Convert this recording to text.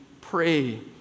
pray